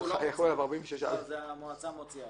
המועצה מוציאה